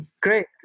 Great